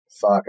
Fuck